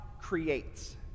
creates